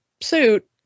suit